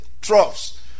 troughs